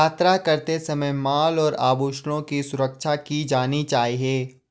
यात्रा करते समय माल और आभूषणों की सुरक्षा की जानी चाहिए